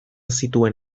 zituen